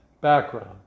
background